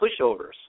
pushovers